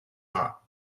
not